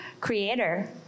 creator